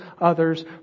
others